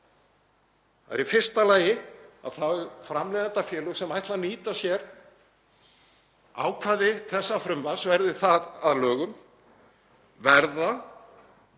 Það er í fyrsta lagi að framleiðendafélög sem ætla að nýta sér ákvæði þessa frumvarps, verði það að lögum, verða